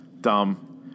Dumb